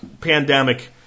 pandemic